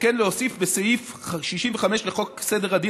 וכן להוסיף בסעיף 65 לחוק סדר הדין